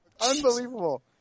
Unbelievable